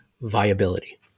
viability